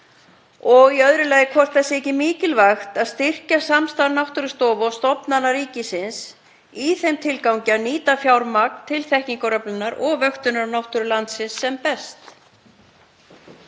og í öðru lagi hvort ekki sé mikilvægt að styrkja samstarf náttúrustofa og stofnana ríkisins í þeim tilgangi að nýta fjármagn til þekkingaröflunar og vöktunar á náttúru landsins sem best.